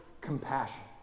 compassion